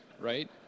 right